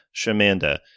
shamanda